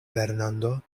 fernando